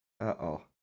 Uh-oh